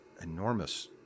enormous